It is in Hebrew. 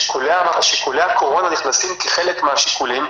שיקולי הקורונה נכנסים כחלק מהשיקולים.